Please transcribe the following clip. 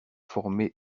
formé